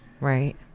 Right